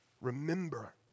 Remember